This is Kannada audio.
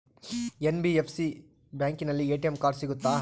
ಎನ್.ಬಿ.ಎಫ್.ಸಿ ಬ್ಯಾಂಕಿನಲ್ಲಿ ಎ.ಟಿ.ಎಂ ಕಾರ್ಡ್ ಸಿಗುತ್ತಾ?